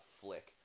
flick